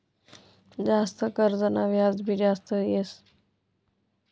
जास्त कर्जना व्याज भी जास्त येस